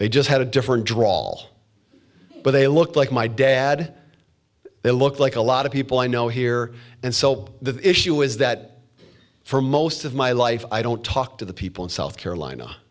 they just had a different drawl but they looked like my dad they looked like a lot of people i know here and so the issue is that for most of my life i don't talk to the people in south carolina